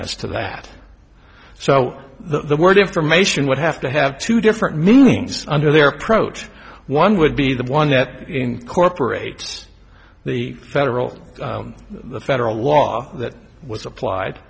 as to that so the word information would have to have two different meanings under their approach one would be the one that incorporates the federal the federal law that was applied